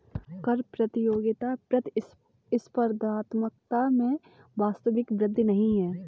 कर प्रतियोगिता प्रतिस्पर्धात्मकता में वास्तविक वृद्धि नहीं है